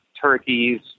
turkeys